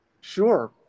Sure